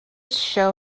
show